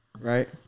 right